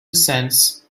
cents